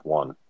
one